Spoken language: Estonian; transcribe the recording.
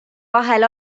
vahel